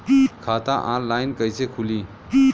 खाता ऑनलाइन कइसे खुली?